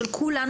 של כולנו,